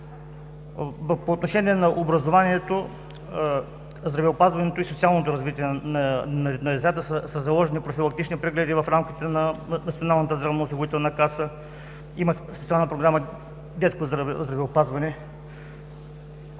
По отношение на образованието, здравеопазването и социалното развитие на децата са заложени профилактични прегледи в рамките на Националната здравноосигурителна каса, има специална програма „Детско здравеопазване“.